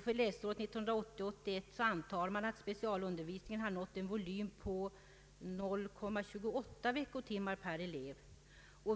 För läsåret 1980/81 antar man att specialundervisningen har nått en volym av 0,28 veckotimmar per elev.